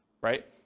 right